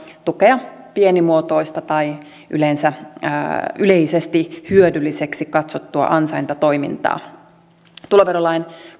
tukea pienimuotoista tai yleisesti hyödylliseksi katsottua ansaintatoimintaa tuloverolain